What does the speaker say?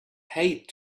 hate